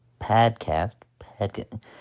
podcast